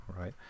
right